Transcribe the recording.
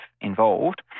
involved